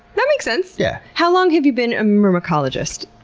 that makes sense! yeah how long have you been a myrmecologist?